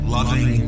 Loving